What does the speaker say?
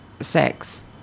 sex